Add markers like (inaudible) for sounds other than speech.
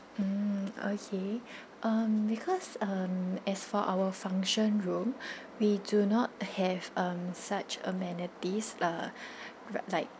mm okay (breath) um because um as for our function room (breath) we do not have um such amenities uh (breath) like